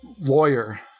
lawyer